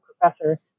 professor